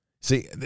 See